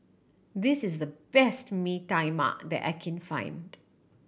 this is the best Mee Tai Mak that I can find